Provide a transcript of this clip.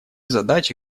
задачи